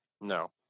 no